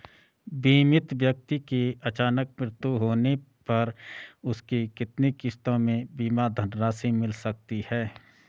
बीमित व्यक्ति के अचानक मृत्यु होने पर उसकी कितनी किश्तों में बीमा धनराशि मिल सकती है?